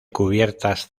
cubiertas